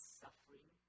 suffering